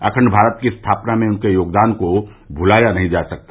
अखंड भारत की स्थापना में उनके योगदान को भुलाया नहीं जा सकता